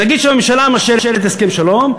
נגיד שהממשלה מאשרת הסכם שלום,